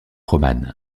romane